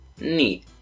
Neat